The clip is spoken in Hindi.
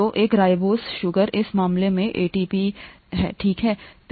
तो एक पसली चीनी इस मामले में एटीपी ठीक है